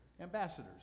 ambassadors